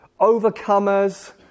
overcomers